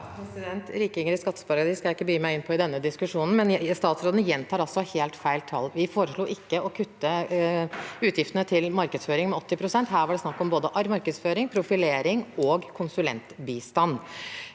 Rikinger i skatte- paradis skal jeg ikke begi meg inn på i denne diskusjonen, men statsråden gjentar altså helt feil tall. Vi foreslo ikke å kutte utgiftene til markedsføring med 80 pst. Her var det snakk om både markedsføring, profilering og konsulentbistand.